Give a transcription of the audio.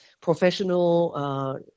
professional